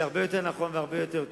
וזה הרבה יותר נכון והרבה יותר טוב.